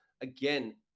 again